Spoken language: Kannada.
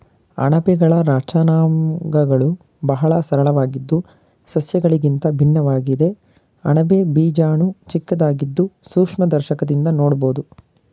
ಅಣಬೆಗಳ ರಚನಾಂಗಗಳು ಬಹಳ ಸರಳವಾಗಿದ್ದು ಸಸ್ಯಗಳಿಗಿಂತ ಭಿನ್ನವಾಗಿದೆ ಅಣಬೆ ಬೀಜಾಣು ಚಿಕ್ಕದಾಗಿದ್ದು ಸೂಕ್ಷ್ಮದರ್ಶಕದಿಂದ ನೋಡ್ಬೋದು